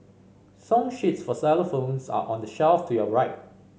song sheets for xylophones are on the shelf to your right